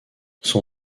son